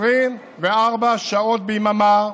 24 שעות ביממה,